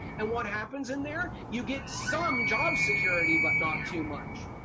and what happens in there? you get some job security, but not too much.